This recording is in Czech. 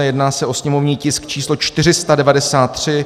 Jedná se o sněmovní tisk č. 493.